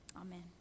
Amen